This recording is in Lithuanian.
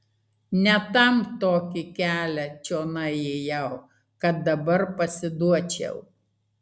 ne tam tokį kelią čionai ėjau kad dabar pasiduočiau